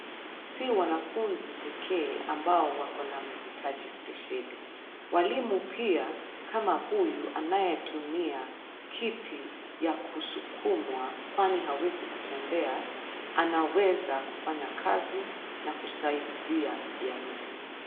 Si wanafunzi pekee ambao wako na mahitaji ya spesheli. Walimu pia kama huyu anayetumia kiti ya kusukumwa kwani hawezi kutembea. Anaweza kufanya kazi na kusaidia jamii.